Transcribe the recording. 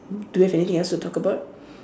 do you have anything else to talk about